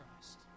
Christ